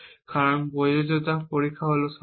কারণ প্রযোজ্যতা পরীক্ষা হল শব্দ